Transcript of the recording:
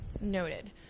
noted